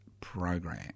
program